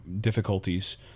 difficulties